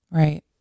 right